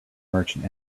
merchant